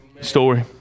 story